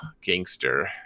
gangster